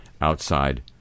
outside